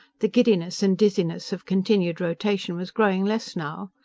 the giddiness and dizziness of continued rotation was growing less, now.